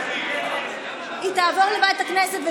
היא תעבור לוועדת הכנסת,